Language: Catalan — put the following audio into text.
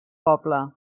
poble